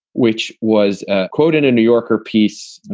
which was ah quoted a new yorker piece,